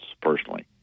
personally